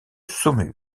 saumur